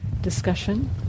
discussion